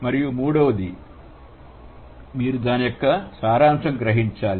మరియు మూడవది మీరు దాని యొక్క సారాంశం గ్రహించాలి